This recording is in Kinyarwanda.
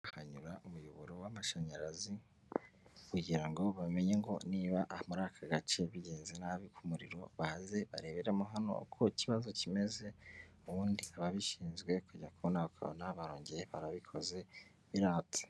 Hanyura umuyoboro w'amashanyarazi kugira ngo bamenye ko niba muri aka gace bigenze nabi umuriro baze bareberamo hano uko ikibazo kimeze ubundi ababishinzwe kujya kubona ukabona barongeye barabikoze biratse.